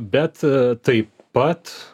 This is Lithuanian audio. bet taip pat